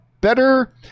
Better